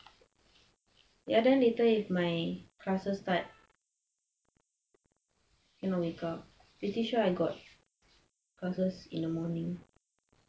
ya then later if my classes start cannot wake up pretty sure I got courses in the morning